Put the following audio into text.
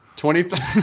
Twenty